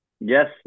Yes